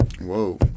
Whoa